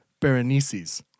berenices